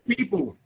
People